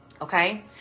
Okay